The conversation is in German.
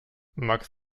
max